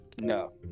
No